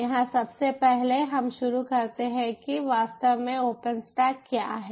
यहां सबसे पहले हम शुरू करते हैं की वास्तव में ओपनस्टैक क्या है